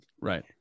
right